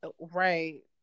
Right